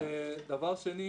דבר שני,